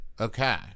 Okay